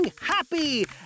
happy